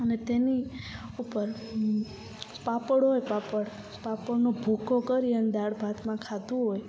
અને તેની ઉપર પાપડ હોય પાપડ પાપડનો ભૂકો કરી અને દાળ ભાતમાં ખાધું હોય